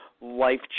life